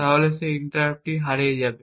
তাহলে সেই ইন্টারাপ্টটি হারিয়ে যাবে